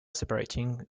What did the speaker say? separating